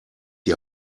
die